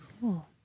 Cool